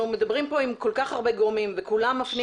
אנחנו מדברים פה עם כל כך הרבה גורמים וכולם פה מפנים